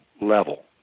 level